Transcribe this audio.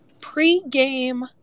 pre-game